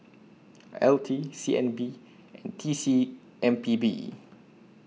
L T C N B and T C M P B